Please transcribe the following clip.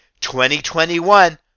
2021